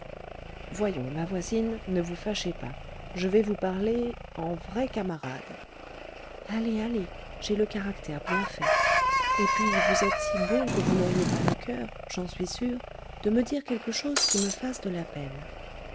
voyons ma voisine ne vous fâchez pas je vais vous parler en vrai camarade allez allez j'ai le caractère bien fait et puis vous êtes si bon que vous n'auriez pas le coeur j'en suis sûre de me dire quelque chose qui me fasse de la peine